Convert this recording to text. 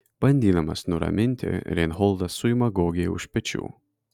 bandydamas nuraminti reinholdas suima gogį už pečių